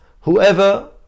Whoever